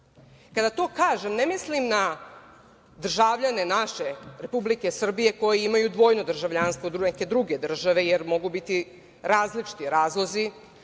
Kada to kažem, ne mislim na državljane naše Republike Srbije koji imaju dvojno državljanstvo neke druge države, jer mogu biti različiti razlozi,